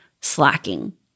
slacking